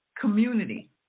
community